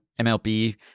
MLB